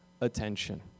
attention